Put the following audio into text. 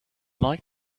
like